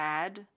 add